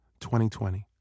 2020